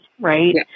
right